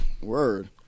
Word